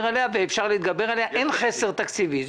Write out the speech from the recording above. עליה ואפשר להתגבר עליה ואין חסר תקציבי.